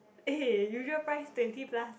eh usual price twenty plus